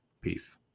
peace